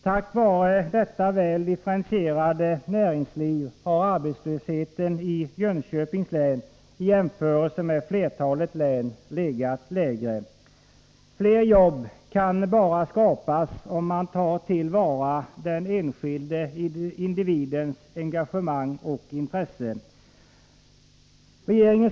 Tack vare detta väl differentierade näringsliv har arbetslösheten i Jönköpings län, i jämförelse med flertalet län, legat lägre. Fler jobb kan bara skapas om man tar till vara den enskilde individens engagemang och intresse.